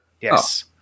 Yes